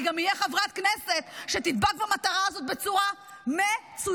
אני אהיה גם חברת כנסת שתדבק במטרה הזאת בצורה מצוינת.